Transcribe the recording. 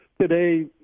today